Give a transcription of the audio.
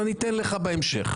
ואני אתן לך בהמשך.